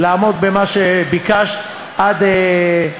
ידיעתי, הצוות המקצועי המשפטי של ועדת החוקה,